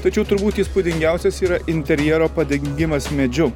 tačiau turbūt įspūdingiausias yra interjero padengimas medžiu